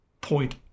point